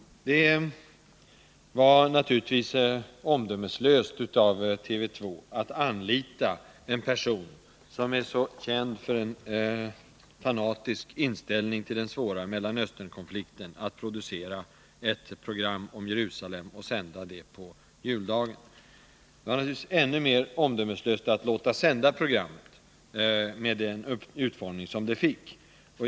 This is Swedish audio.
Det var naturligtvis omdömeslöst av TV 2 att anlita en person som är känd för en fanatisk inställning till den svåra Mellanösternkonflikten för att producera ett program om Jerusalem för att sändas på juldagen. Och det var ännu mer omdömeslöst att låta sända programmet med den utformning som det fick.